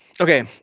Okay